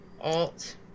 Alt